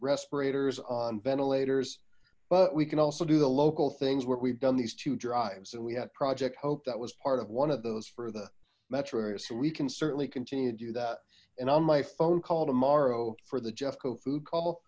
respirators on ventilators but we can also do the local things where we've done these two drives and we had project hope that was part of one of those for the metro area so we can certainly continue to do that and on my phone call tomorrow for the jeff co food call